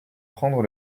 prendre